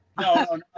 no